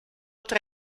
tra